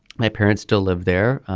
my parents still live there.